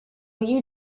you